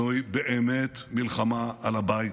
זוהי באמת מלחמה על הבית,